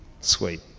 sweet